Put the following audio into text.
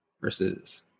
versus